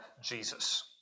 Jesus